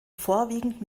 vorwiegend